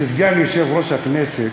כסגן יושב-ראש הכנסת,